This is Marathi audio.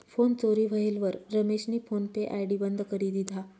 फोन चोरी व्हयेलवर रमेशनी फोन पे आय.डी बंद करी दिधा